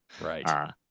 right